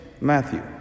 Matthew